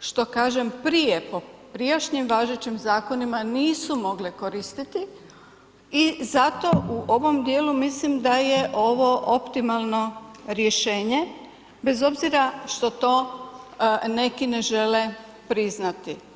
što kažem, prije po prijašnjim važećim zakonima nisu mogle koristiti i zato u ovom djelu mislim da je ovo optimalno rješenje bez obzira što to neki ne žele priznati.